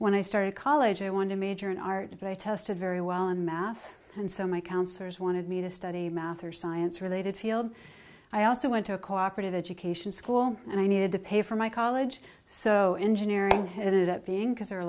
when i started college i wanted to major in art if i tested very well in math and so my counselors wanted me to study math or science related field i also went to a cooperative education school and i needed to pay for my college so engineering had it up being because there are a